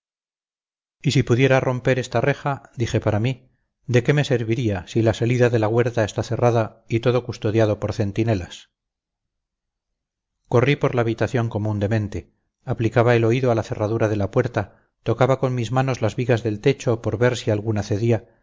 y si pudiera romper esta reja dije para mí de qué me serviría si la salida de la huerta está cerrada y todo custodiado por centinelas corrí por la habitación como un demente aplicaba el oído a la cerradura de la puerta tocaba con mis manos las vigas del techo por ver si alguna cedía